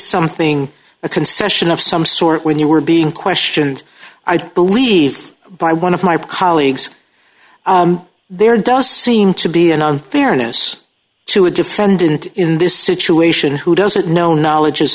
something a concession of some sort when you were being questioned i believe by one of my colleagues there does seem to be an unfairness to a defendant in this situation who doesn't know knowledge